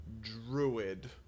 druid